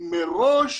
מראש